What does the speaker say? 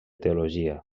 teologia